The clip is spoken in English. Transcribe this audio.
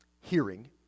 Hearing